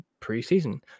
preseason